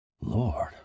Lord